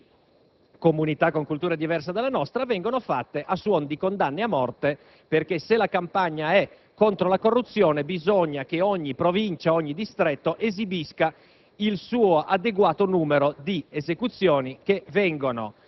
Governo contro la droga o per l'accettazione di comunità con culture diverse dalla nostra), vengono fatte a suon di condanne a morte. Se la campagna è contro la corruzione, è necessario che ogni provincia od ogni distretto esibisca